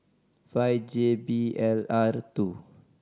five J B L R two